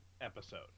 episode